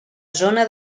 zona